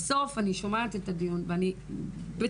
בסוף אני שומעת את הדיון ואני בטוחה